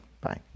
Bye